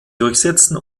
durchsetzen